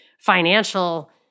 financial